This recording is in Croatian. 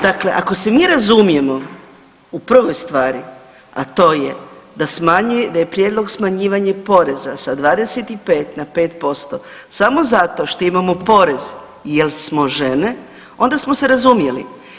Dakle, ako se mi razumijemo u prvoj stvari, a to je da smanjujemo, da je prijedlog smanjivanje poreza sa 25 na 5% samo zato što imamo porez jer smo žene onda smo se razumjeli.